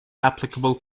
applicable